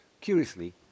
Curiously